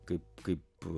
kaip kaip